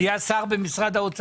עד לא מזמן הוא היה שר במשרד האוצר.